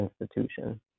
institution